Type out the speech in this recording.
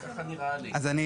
הבעיה היא